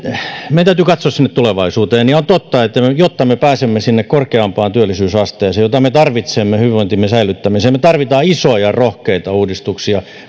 meidän täytyy katsoa sinne tulevaisuuteen ja on totta että jotta me pääsemme sinne korkeampaan työllisyysasteeseen jota me tarvitsemme hyvinvointimme säilyttämiseen me tarvitsemme isoja rohkeita uudistuksia